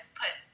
put